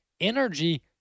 energy